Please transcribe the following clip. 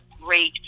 great